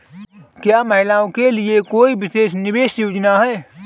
क्या महिलाओं के लिए कोई विशेष निवेश योजना है?